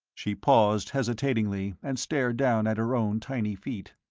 she paused hesitatingly and stared down at her own tiny feet.